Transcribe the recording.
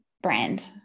brand